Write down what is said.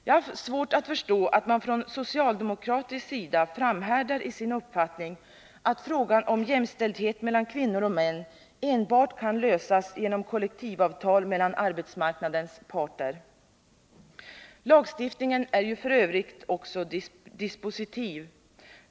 Jag har svårt att förstå att man från socialdemokratisk sida framhärdar i sin uppfattning att frågan om jämställdhet mellan kvinnor och män enbart kan lösas genom kollektivavtal mellan arbetsmarknadens parter. Lagstiftningen är f.ö. dispositiv.